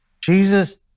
Jesus